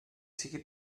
siga